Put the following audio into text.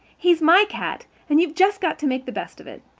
he's my cat and you've just got to make the best of it.